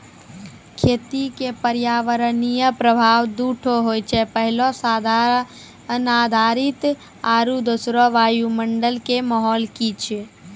खेती क पर्यावरणीय प्रभाव दू ठो होय छै, पहलो साधन आधारित आरु दोसरो वायुमंडल कॅ माहौल की छै